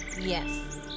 Yes